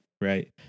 right